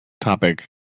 topic